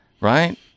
Right